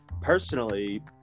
personally